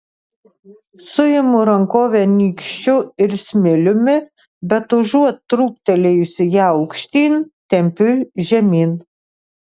suimu rankovę nykščiu ir smiliumi bet užuot truktelėjusi ją aukštyn tempiu žemyn